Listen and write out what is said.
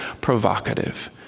provocative